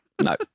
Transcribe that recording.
No